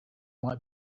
might